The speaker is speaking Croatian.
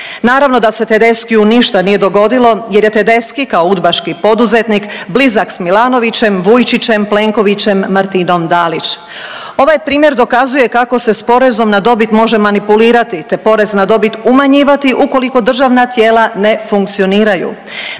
Naravno da se Tedeschiju ništa nije dogodilo jer je Tedeschi kao udbaški poduzetnik blizak s Milanovićem, Vujčićem, Plenkovićem, Martinom Dalić. Ovaj primjer dokazuje kako se s porezom na dobit može manipulirati, te porez na dobit umanjivati ukoliko državna tijela ne funkcioniraju.